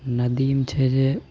नदी छै जे